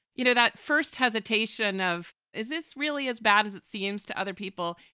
you know, that first hesitation of is this really as bad as it seems to other people,